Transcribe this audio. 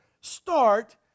start